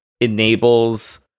enables